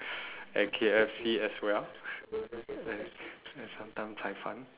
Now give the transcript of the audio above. and K_F_C as well and and sometimes cai-fan